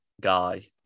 guy